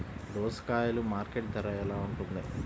దోసకాయలు మార్కెట్ ధర ఎలా ఉంటుంది?